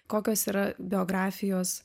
kokios yra biografijos